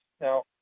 Now